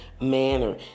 manner